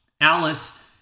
Alice